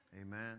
Amen